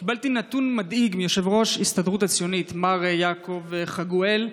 קיבלתי נתון מדאיג מיושב-ראש ההסתדרות הציונית מר יעקב חגואל,